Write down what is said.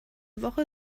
woche